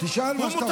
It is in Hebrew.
הוא,